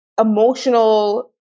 emotional